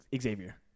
Xavier